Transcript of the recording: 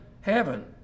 heaven